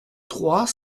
trois